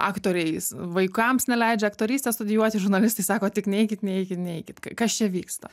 aktoriais vaikams neleidžia aktorystę studijuoti žurnalistai sako tik neikit neikit neikit kas čia vyksta